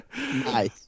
Nice